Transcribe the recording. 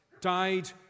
died